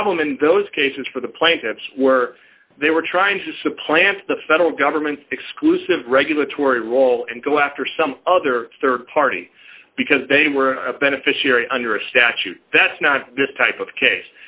problem in those cases for the plaintiffs were they were trying to supplant the federal government exclusive regulatory role and go after some other rd party because they were a beneficiary under a statute that's not this type of case